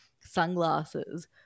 sunglasses